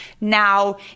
now